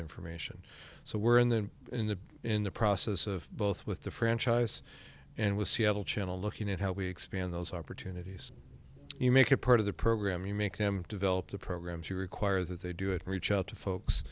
information so we're in the in the in the process of both with the franchise and with seattle channel looking at how we expand those opportunities you make it part of the program you make him develop the programs you require that they do it and reach out to folks